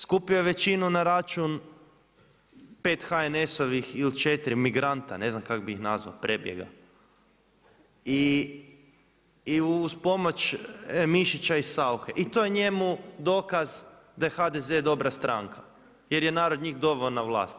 Skupio je većinu na račun pet HNS-ovih ili četiri migranta, ne znam kak bi ih nazvao, prebjega i uz pomoć Mišića i Sauche i to je njemu dokaz da je HDZ dobra stranka jer je narod njih doveo na vlast.